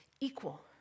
equal